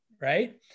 right